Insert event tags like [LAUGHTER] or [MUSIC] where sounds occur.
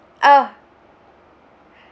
oh [BREATH]